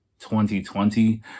2020